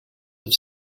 have